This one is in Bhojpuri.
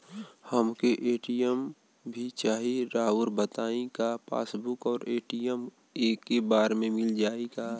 हमके ए.टी.एम भी चाही राउर बताई का पासबुक और ए.टी.एम एके बार में मील जाई का?